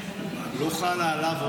לא חלה עליו,